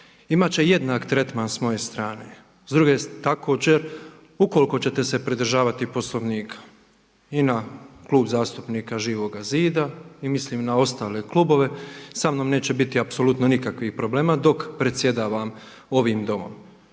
imat će jednak tretman s moje strane. Također, ukoliko ćete se pridržavati Poslovnika i na Klub zastupnika Živoga zida i mislim i na ostale klubove sa mnom neće biti apsolutno nikakvih problema dok predsjedavam ovim Domom.